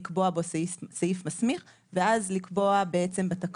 לקבוע בו סעיף מסמיך ואז לקבוע בתקנות